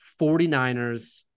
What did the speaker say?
49ers